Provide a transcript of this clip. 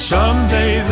Someday